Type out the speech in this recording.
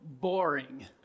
boring